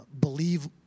believe